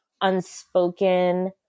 unspoken